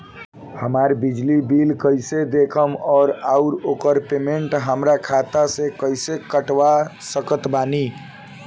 हमार बिजली बिल कईसे देखेमऔर आउर ओकर पेमेंट हमरा खाता से कईसे कटवा सकत बानी?